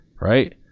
right